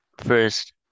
first